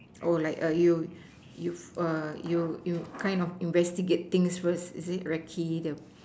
or like err you err you you kind of investigate things first is it recce the